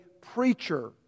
preacher